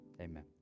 Amen